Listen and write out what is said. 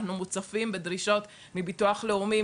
אנו מוצפים בדרישות מביטוח לאומי,